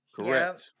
Correct